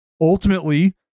ultimately